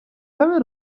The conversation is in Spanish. sabe